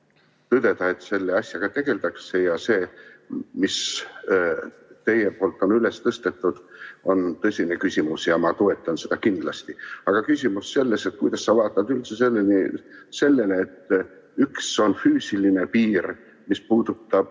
tõdeda, et selle asjaga tegeldakse ja see, mis teie poolt on üles tõstetud, on tõsine küsimus ja ma toetan seda kindlasti. Aga küsimus on selles, et kuidas sa vaatad üldse sellele, et üks on füüsiline piir, mis puudutab